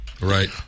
right